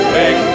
big